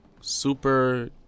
super